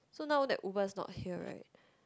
so now that Uber's not here right